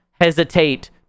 hesitate